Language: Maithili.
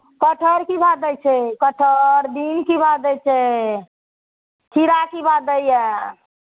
कटहर की भाव दै छै कटहर बीन की भाव दै छै खीरा की भाव दइए